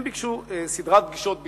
הם ביקשו סדרת פגישות בישראל.